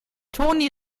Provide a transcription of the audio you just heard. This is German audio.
toni